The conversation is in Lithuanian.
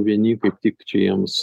vieni kaip tik čia jiems